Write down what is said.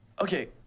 okay